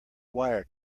wire